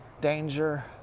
danger